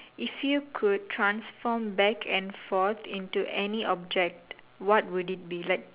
if you could transform back and forth into any object what would it be like